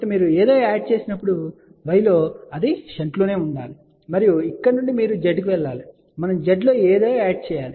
కాబట్టి మీరు ఏదో యాడ్ చేసినప్పుడు y లో అది షంట్లో ఉండాలి మరియు ఇక్కడ నుండి మీరు z కి వెళ్ళండి మనం z లో ఏదో యాడ్ చేయాలి